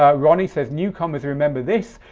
ah ronnie says newcomers remember this,